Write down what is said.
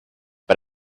but